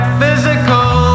physical